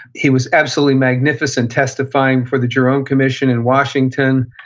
he was absolutely magnificent testifying for the jerome commission in washington,